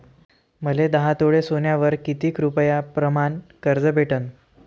मले दहा तोळे सोन्यावर कितीक रुपया प्रमाण कर्ज भेटन?